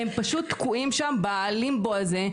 הם פשוט תקועים שם בלימבו הזה,